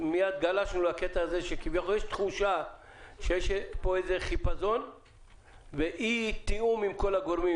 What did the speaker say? גלשנו לזה שיש תחושה שיש פה איזה חיפזון ואי-תיאום עם כל הגורמים.